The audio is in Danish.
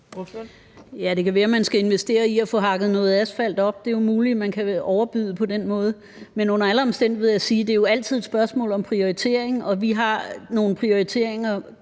det kan være, at man skal investere i at få hakket noget asfalt op – det er jo muligt, at man kan overbyde på den måde – men under alle omstændigheder vil jeg sige, at det jo altid er et spørgsmål om prioritering, og vi har nogle prioriteringer,